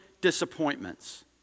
disappointments